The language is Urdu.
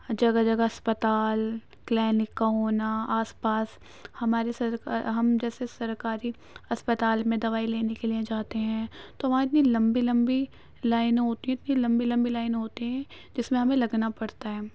جگہ جگہ اسپتال کلینک کا ہونا آس پاس ہمارے سر ہم جیسے سرکاری اسپتال میں دوائی لینے کے لیے جاتے ہیں تو وہاں اتنی لمبی لمبی لائنیں ہوتی ہیں اتنی لمبی لمبی لائنیں ہوتی ہیں جس میں ہمیں لگنا پڑتا ہے